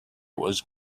was